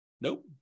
Nope